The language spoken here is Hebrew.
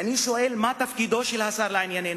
אני שואל: מה תפקידו של השר לעניינינו?